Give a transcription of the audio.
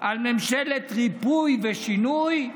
על ממשלת ריפוי ושינוי,